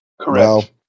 Correct